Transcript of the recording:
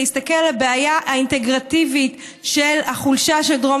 להסתכל על הבעיה האינטגרטיבית של החולשה של דרום